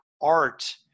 art